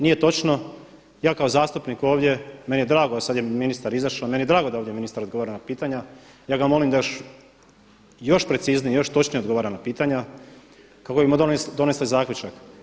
Nije točno, ja kao zastupnik ovdje, meni je drago a sada je ministar izašao, meni je drago da ovdje ministar odgovara na pitanja, ja ga molim da još preciznije, još točnije odgovara na pitanja kako bismo donesli zaključak.